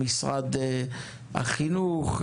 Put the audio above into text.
משרד החינוך,